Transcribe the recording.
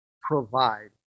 provide